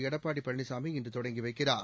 எடப்பாடி பழனிசாமி இன்று தொடங்கி வைக்கிறார்